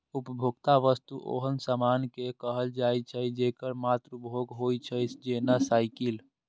उपभोक्ता वस्तु ओहन सामान कें कहल जाइ छै, जेकर मात्र उपभोग होइ छै, जेना साइकिल